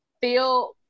feel